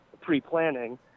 pre-planning